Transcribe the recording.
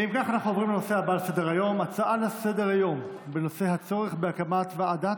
נעבור להצעה לסדר-היום בנושא: הצורך בהקמת ועדת